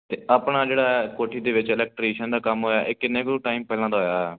ਅਤੇ ਆਪਣਾ ਜਿਹੜਾ ਹੈ ਕੋਠੀ ਦੇ ਵਿੱਚ ਇਲੈਕਟ੍ਰੀਸ਼ਨ ਦਾ ਕੰਮ ਹੋਇਆ ਇਹ ਕਿੰਨੇ ਕੁ ਟਾਈਮ ਪਹਿਲਾਂ ਦਾ ਹੋਇਆ ਹੋਇਆ